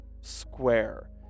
square